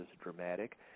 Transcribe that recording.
dramatic